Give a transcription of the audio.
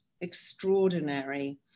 extraordinary